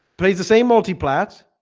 plays the same multi plats